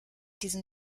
diesen